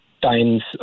times